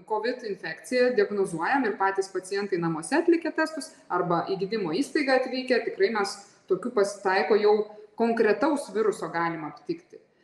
covid infekciją diagnozuojam ir patys pacientai namuose atlikę testus arba į gydymo įstaigą atvykę tikrai mes tokių pasitaiko jau konkretaus viruso galima aptikti